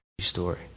story